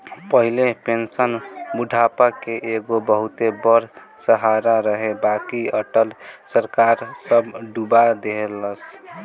पहिले पेंशन बुढ़ापा के एगो बहुते बड़ सहारा रहे बाकि अटल सरकार सब डूबा देहलस